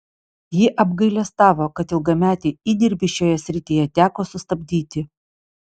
ji apgailestavo kad ilgametį įdirbį šioje srityje teko sustabdyti